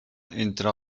entre